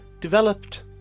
Developed